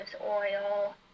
oil